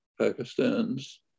Pakistan's